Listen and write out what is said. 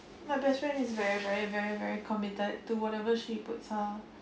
my best friend is very very very very committed to whatever she puts uh